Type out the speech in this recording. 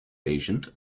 agent